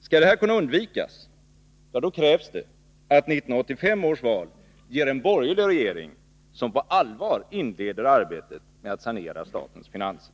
Skall detta kunna undvikas, krävs det att 1985 års val ger en borgerlig regering som på allvar inleder arbetet med att sanera statens finanser.